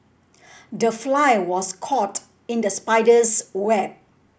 the fly was caught in the spider's web